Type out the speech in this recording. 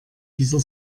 dieser